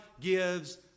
gives